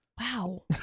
Wow